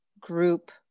group